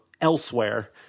elsewhere